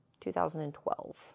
2012